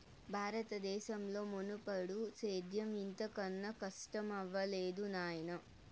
బారత దేశంలో మున్నెప్పుడూ సేద్యం ఇంత కనా కస్టమవ్వలేదు నాయనా